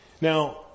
Now